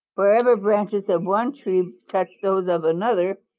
wherever branches of one tree touch those of another,